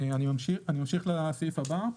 אמשיך לסעיף הבא.